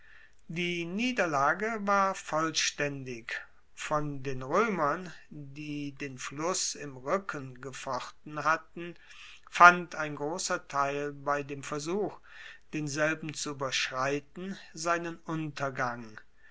die niederlage war vollstaendig von den roemern die den fluss im ruecken gefochten hatten fand ein grosser teil bei dem versuch denselben zu ueberschreiten seinen untergang